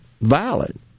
valid